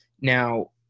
Now